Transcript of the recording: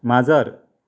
माजर